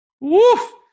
Woof